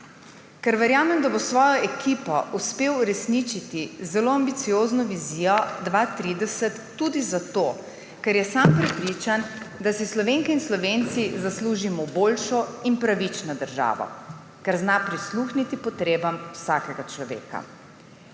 Ker verjamem, da bo s svojo ekipo uspel uresničiti zelo ambiciozno vizijo 2030 tudi zato, ker je sam prepričan, da si Slovenke in Slovenci zaslužimo boljšo in pravično državo. Ker zna prisluhniti potrebam vsakega človeka.